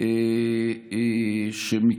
ללא